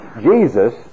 Jesus